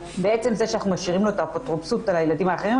בעצם זה שאנחנו משאירים לו את האפוטרופסות על הילדים האחרים,